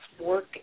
work